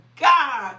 God